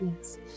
Yes